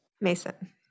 Mason